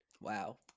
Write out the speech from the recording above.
wow